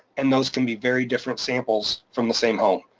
and those can be very different samples from the same home,